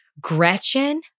Gretchen